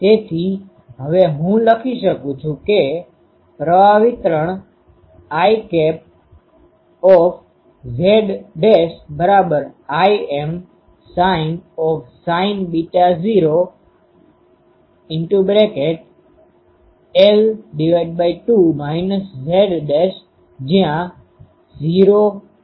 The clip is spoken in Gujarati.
તેથી હવે હું લખી શકું છુ કે પ્રવાહ વિતરણ IZ'Im sin ૦ l2 Z જ્યાં 0Z'l2 છે